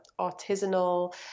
artisanal